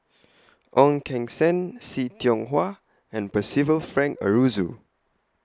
Ong Keng Sen See Tiong Hwa and Percival Frank Aroozoo